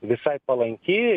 visai palanki